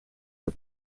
for